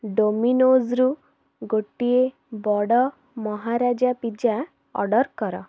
ଡୋମିନୋଜ୍ରୁ ଗୋଟିଏ ବଡ଼ Maharaja pizza order କର